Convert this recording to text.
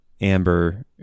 Amber